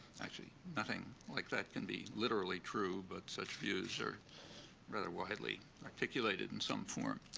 actually, nothing like that can be literally true, but such views are rather widely articulated in some form.